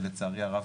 שלצערי הרב,